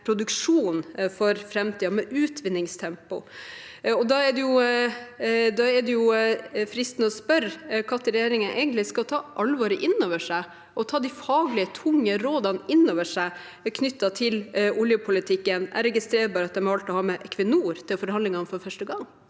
produksjonen for framtiden, med utvinningstempoet. Da er det fristende å spørre når regjeringen egentlig skal ta alvoret inn over seg og ta de faglig tunge rådene inn over seg knyttet til oljepolitikken. Jeg registrerer bare at de har valgt å ha med Equinor til forhandlingene for første gang.